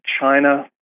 China